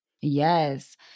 Yes